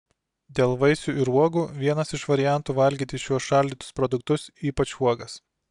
dėl vaisių ir uogų vienas iš variantų valgyti šiuos šaldytus produktus ypač uogas